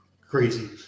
crazy